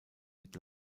mit